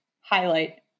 highlight